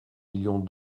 millions